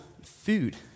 food